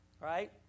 Right